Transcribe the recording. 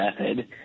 method